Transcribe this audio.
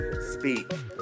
speak